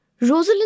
Rosalind